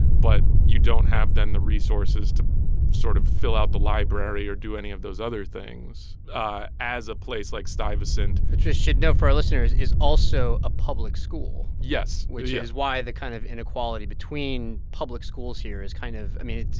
but you don't have, then, the resources to sort of fill out the library or do any of those other things as a place like stuyvesant. which you should know for our listeners is also a public school. yes. which is why the kind of inequality between public schools here is kind of i mean,